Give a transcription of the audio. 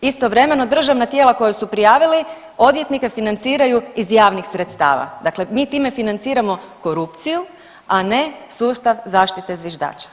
Istovremeno državna tijela koja su prijavili odvjetnike financiraju iz javnih sredstava, dakle mi time financiramo korupciju, a ne sustav zaštite zviždača.